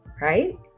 right